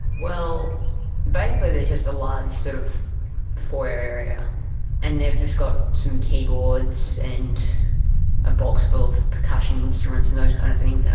well basically there's just a large sort of foyer area and they've just got some keyboards and a box full of percussion instruments and those kinds of things,